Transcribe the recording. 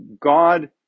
God